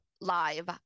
live